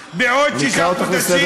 תוסיף לי דקה,